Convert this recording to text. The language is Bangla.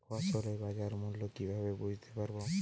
ফসলের বাজার মূল্য কিভাবে বুঝতে পারব?